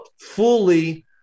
fully